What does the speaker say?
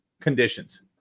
conditions